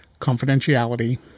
confidentiality